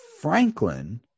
Franklin